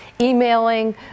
emailing